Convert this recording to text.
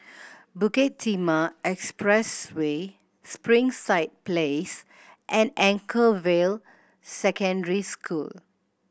Bukit Timah Expressway Springside Place and Anchorvale Secondary School